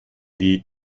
die